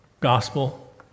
gospel